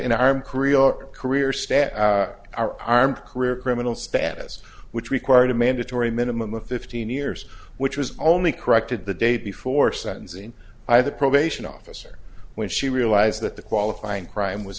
our career staff are armed career criminal status which required a mandatory minimum of fifteen years which was only corrected the day before sentencing by the probation officer when she realized that the qualifying crime was